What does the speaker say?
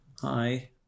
hi